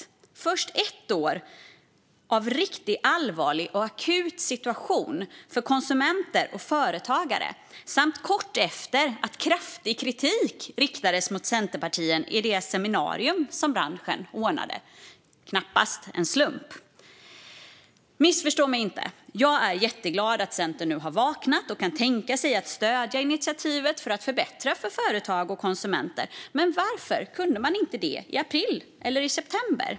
Det sker först efter ett år av en riktigt allvarlig och akut situation för konsumenter och företagare samt kort efter att kraftig kritik riktades mot Centerpartiet i det seminarium som branschen ordnade. Det är knappast en slump. Missförstå mig inte. Jag är jätteglad att Centern nu har vaknat och kan tänka sig att stödja initiativet för att förbättra för företag och konsumenter. Men varför kunde man inte det i april eller i september?